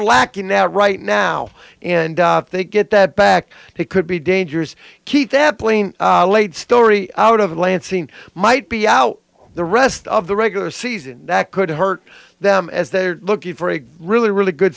lacking now right now and they get that back it could be dangerous keep that plane late story out of lansing might be out the rest of the regular season that could hurt them as they're looking for a really really good